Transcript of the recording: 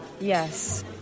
Yes